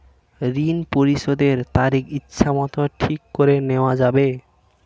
ঋণ পরিশোধের তারিখ ইচ্ছামত ঠিক করে নেওয়া যাবে?